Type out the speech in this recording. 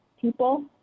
people